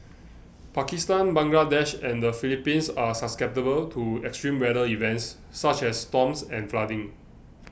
Pakistan Bangladesh and the Philippines are susceptible to extreme weather events such as storms and flooding